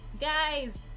guys